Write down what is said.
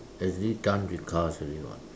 as if done with cars already [what]